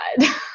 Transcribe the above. God